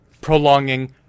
prolonging